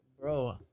bro